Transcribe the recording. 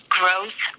growth